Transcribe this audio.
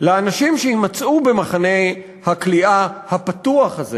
לאנשים שיימצאו במחנה הכליאה הפתוח הזה